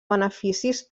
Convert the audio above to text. beneficis